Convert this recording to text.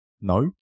No